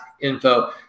info